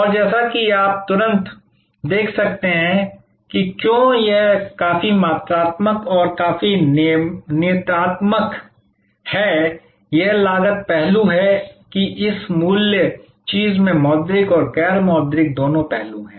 और जैसा कि आप तुरंत देख सकते हैं कि क्यों यह काफी मात्रात्मक और काफी नियतात्मक है यह लागत पहलू है कि इस मूल्य चीज़ में मौद्रिक और गैर मौद्रिक दोनों पहलू हैं